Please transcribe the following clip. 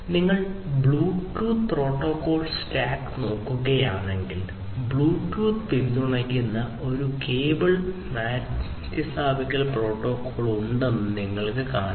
നിങ്ങൾ Bluetooth protocol stack നോക്കുകയാണെങ്കിൽ Bluetooth പിന്തുണയ്ക്കുന്ന ഒരു കേബിൾ മാറ്റിസ്ഥാപിക്കൽ പ്രോട്ടോക്കോൾ ഉണ്ടെന്ന് നിങ്ങൾ കാണും